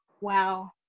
wow